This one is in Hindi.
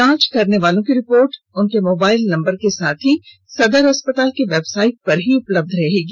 जांच करानेवालों की रिपोर्ट उनके मोबाइल नंबर के साथ ही सदर अस्पताल की वेबसाइट पर भी उपलब्ध रहेगी